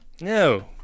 No